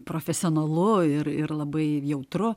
profesionalu ir ir labai jautru